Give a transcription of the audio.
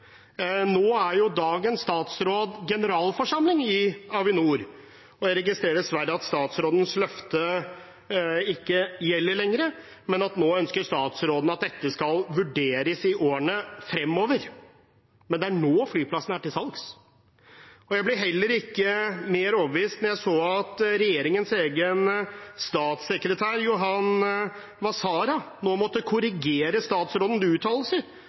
Nå er jo dagens statsråd generalforsamling for Avinor, og jeg registrerer dessverre at statsrådens løfte ikke gjelder lenger, men at nå ønsker statsråden at dette skal vurderes i årene fremover. Men det er nå flyplassen er til salgs. Jeg ble heller ikke mer overbevist da jeg så at regjeringens egen statssekretær Johan Vasara nå måtte korrigere statsrådens uttalelser